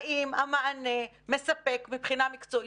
האם המענה מספק מבחינה מקצועית,